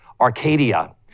Arcadia